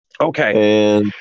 Okay